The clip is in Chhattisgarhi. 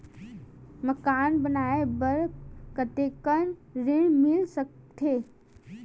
मकान बनाये बर कतेकन ऋण मिल सकथे?